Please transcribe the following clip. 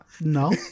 No